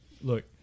look